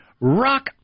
Rock